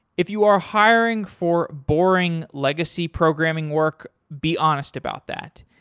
if you are hiring for boring legacy programming work, be honest about that.